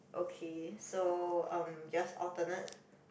okay so um just alternate